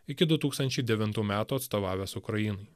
iki du tūkstančiai devintų metų atstovavęs ukrainai